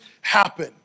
happen